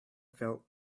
felt